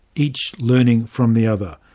each learning from the other.